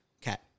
cat